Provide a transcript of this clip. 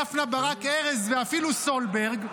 דפנה ברק ארז ואפילו סולברג,